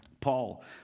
Paul